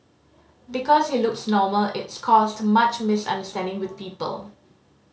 because he looks normal it's caused much misunderstanding with people